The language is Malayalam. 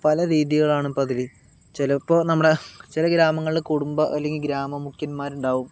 പല രീതികളാണ് ഇപ്പം അതിൽ ചിലപ്പോൾ നമ്മുടെ ചില ഗ്രാമങ്ങളിൽ കുടുംബ അല്ലെങ്കിൽ ഗ്രാമമുഖ്യന്മാരുണ്ടാകും